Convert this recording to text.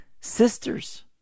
sisters